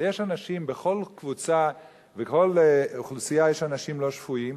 אבל בכל אוכלוסייה יש אנשים לא שפויים.